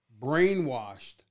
brainwashed